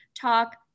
talk